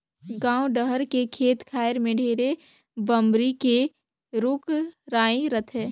गाँव डहर के खेत खायर में ढेरे बमरी के रूख राई रथे